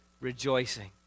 rejoicing